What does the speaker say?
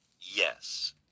Yes